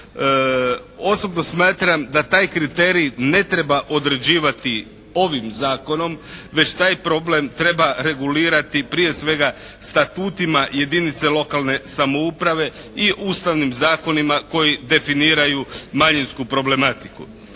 Osobno smatram da taj kriterij ne treba određivati ovim Zakonom, već taj problem treba regulirati prije svega statutima jedinice lokalne samouprave i ustavnim zakonima koji definiraju manjinsku problematiku.